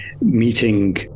meeting